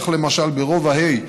כך למשל ברובע ה',